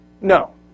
No